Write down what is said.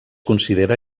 considera